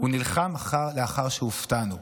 הוא נלחם לאחר שהופתענו.